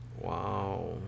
Wow